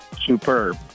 superb